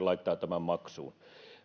laittaa tämän maksuun